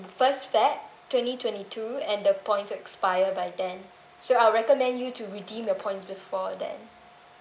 first feb twenty twenty two and the points would expire by then so I'll recommend you to redeem your points before that